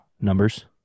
numbers